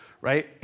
right